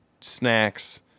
snacks